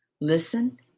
Listen